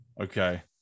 Okay